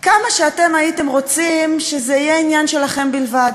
כמה שאתם הייתם רוצים שזה עניין שלכם בלבד,